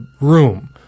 room